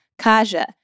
Kaja